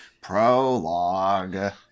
Prologue